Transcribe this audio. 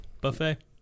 buffet